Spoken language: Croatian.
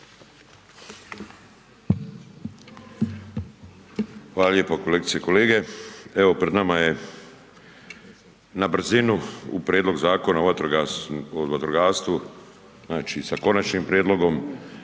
Hvala lijepo. Kolegice i kolege, evo pred nama je, na brzinu, Prijedlog zakona o vatrogastvu, znači sa konačnim prijedlogom.